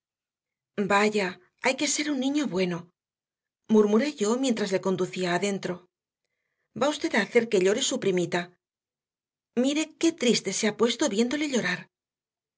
vaya hay que ser un niño bueno murmuré yo mientras le conducía adentro va usted a hacer que llore su primita mire qué triste se ha puesto viéndole llorar